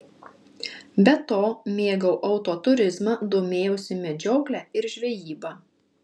be to mėgau autoturizmą domėjausi medžiokle ir žvejyba